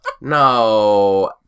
No